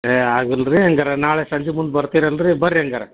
ಏ ಆಗಲ್ಲ ರಿ ಹಂಗಾರೆ ನಾಳೆ ಸಂಜೆ ಮುಂದೆ ಬರ್ತೀರಲ್ಲ ರಿ ಬನ್ರಿ ಹಂಗಾರ